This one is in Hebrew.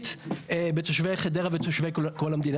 הסביבתית בתושבי חדרה ובתושבי כל המדינה,